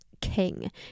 king